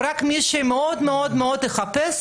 רק מי שמאוד מאוד יחפש